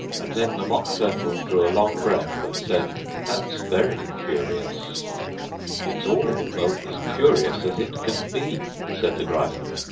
and then the mock turtle drew a long breath, and said that's very curious it's all about as curious as it can be said the gryphon.